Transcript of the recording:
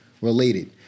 related